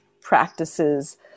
practices